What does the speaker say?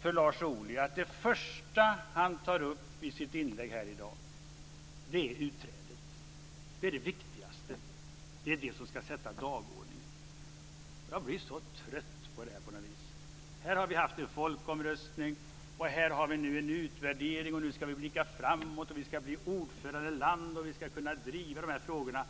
för Lars Ohly att det första han tar upp i sitt inlägg här i dag är utträdet. Det är det viktigaste. Det är det som ska sätta dagordningen. Jag blir på något vis så trött på detta. Här har vi haft en folkomröstning, och här har vi nu en utvärdering. Nu ska vi blicka framåt. Vi ska bli ordförandeland, och vi ska kunna driva de här frågorna.